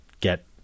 get